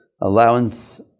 allowance